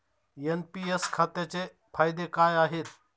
NPS खात्याचे फायदे काय आहेत?